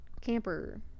camper